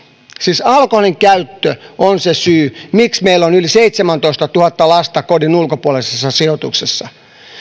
siis alkoholinkäyttö on se syy miksi meillä on yli seitsemäntoistatuhatta lasta kodin ulkopuolisessa sijoituksessa